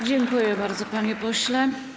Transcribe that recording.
Dziękuję bardzo, panie pośle.